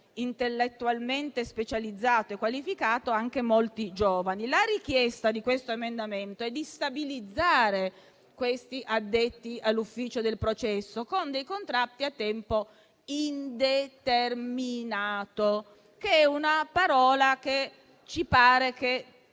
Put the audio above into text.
intellettualmente specializzato e qualificato anche molti giovani. La richiesta di questo emendamento è di stabilizzare questi addetti all'ufficio del processo con contratti a tempo indeterminato, una parola che ci pare